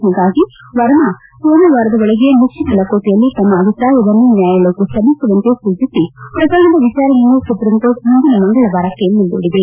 ಹೀಗಾಗಿ ವರ್ಮಾ ಸೋಮವಾರದೊಳಗೆ ಮುಚ್ಚಿದ ಲಕೋಟೆಯಲ್ಲಿ ತಮ್ನ ಅಭಿಪ್ರಾಯವನ್ನು ನ್ಯಾಯಾಲಯಕ್ಕೆ ಸಲ್ಲಿಸುವಂತೆ ಸೂಚಿಸಿ ಪ್ರಕರಣದ ವಿಚಾರಣೆಯನ್ನು ಸುಪ್ರೀಂಕೋರ್ಟ್ ಮುಂದಿನ ಮಂಗಳವಾರಕ್ಕೆ ಮುಂದೂಡಿದೆ